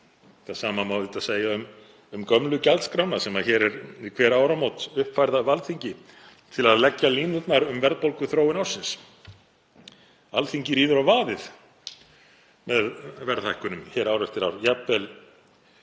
Það sama má auðvitað segja um gömlu gjaldskrána sem er við hver áramót uppfærð af Alþingi til að leggja línurnar um verðbólguþróun ársins. Alþingi ríður á vaðið með verðhækkunum ár eftir ár,